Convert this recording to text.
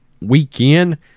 weekend